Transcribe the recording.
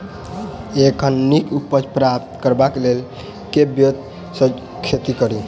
एखन नीक उपज प्राप्त करबाक लेल केँ ब्योंत सऽ खेती कड़ी?